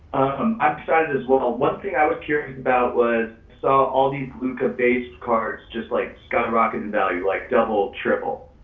i'm excited as well. one thing i was curious about was i saw all these luka base cards just like skyrocket in value, like double, triple.